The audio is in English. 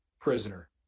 prisoner